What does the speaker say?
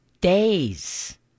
days